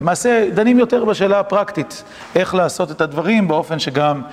מעשה דנים יותר בשאלה הפרקטית, איך לעשות את הדברים באופן שגם